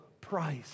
price